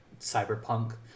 cyberpunk